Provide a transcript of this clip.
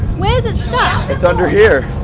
where's it stuck? it's under here.